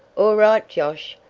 all right, josh.